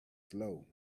slow